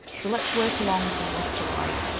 so let's work along from left to right.